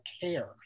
care